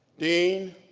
dean,